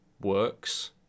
works